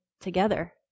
together